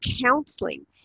counseling